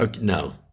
No